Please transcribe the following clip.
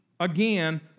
Again